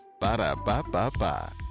Ba-da-ba-ba-ba